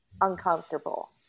uncomfortable